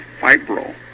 fibril